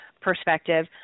perspective